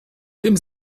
tym